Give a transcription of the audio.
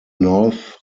north